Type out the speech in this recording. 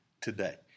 today